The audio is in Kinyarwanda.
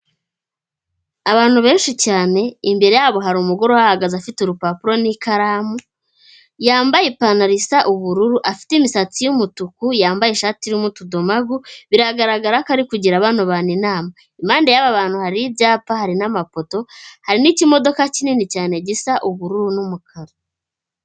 Abantu benshi cyane, imbere yabo hari umugore uhagaze afite urupapuro n'ikaramu, yambaye ipantaro isa ubururu, afite imisatsi y'umutuku, yambaye ishati irurimo utudomagu, biragaragara ko ari kugira bantu inama. Impande yaba bantu hari ibyapa, hari n'amapoto, hari n'ikimodoka kinini cyane gisa ubururu n'umukara.